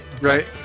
Right